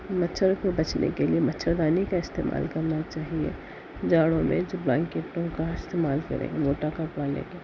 مچھر سے بچنے کے لئے مچھر دانی کا استعمال کرنا چاہیے جاڑوں میں جو بلینکٹوں کا استعمال کریں موٹا کپڑا لے کے